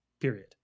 period